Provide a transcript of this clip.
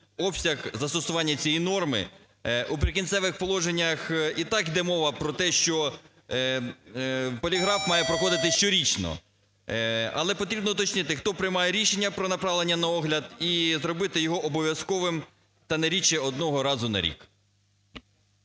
обсяг застосування цієї норми. У "Прикінцевих положеннях" і так йде мова про те, що поліграф має проходити щорічно. Але потрібно уточнити, хто приймає рішення про направлення на огляд і зробити його обов'язковим та не рідше одного разу на рік.